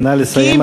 נא לסיים,